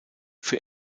für